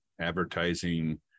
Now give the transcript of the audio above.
advertising